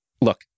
look